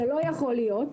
זה לא יכול להיות,